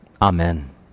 Amen